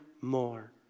more